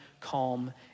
calm